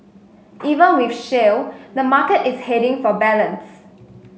even with shale the market is heading for balance